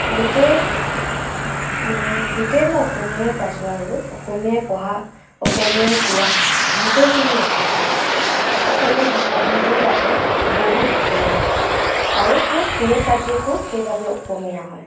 গোটেই মানে গোটেই মই অসমীয়াই পাইছোঁ আৰু অসমীয়াই পঢ়া অসমীয়াই কোৱা গোটেইখিনি অসমীয়াই অসমীয়া ভাষাটো মোৰ বাবে বহুত প্ৰিয় আৰু মোৰ প্ৰিয় চাবজেক্টকো সেইবাবে অসমীয়া হয়